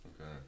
Okay